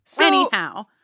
anyhow